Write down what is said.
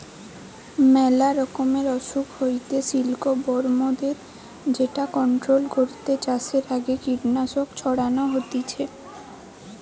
মেলা রকমের অসুখ হইতে সিল্কবরমদের যেটা কন্ট্রোল করতে চাষের আগে কীটনাশক ছড়ানো হতিছে